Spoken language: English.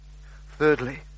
Thirdly